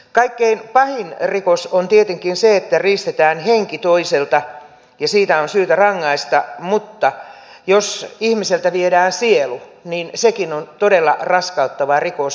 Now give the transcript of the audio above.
kaikkein pahin rikos on tietenkin se että riistetään henki toiselta ja siitä on syytä rangaista mutta jos ihmiseltä viedään sielu niin sekin on todella raskauttava rikos